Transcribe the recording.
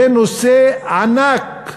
זה נושא ענק.